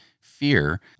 fear